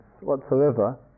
whatsoever